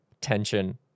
tension